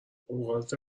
اوقات